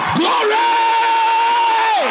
glory